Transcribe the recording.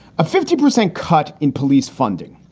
a fifty percent cut in police funding.